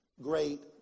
great